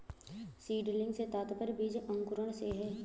seedling से तात्पर्य बीज अंकुरण से है